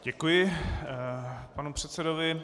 Děkuji panu předsedovi.